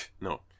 no